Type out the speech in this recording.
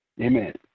Amen